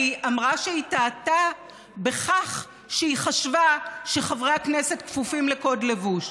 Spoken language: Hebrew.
היא אמרה שהיא טעתה בכך שהיא חשבה שחברי הכנסת כפופים לקוד לבוש.